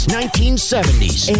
1970s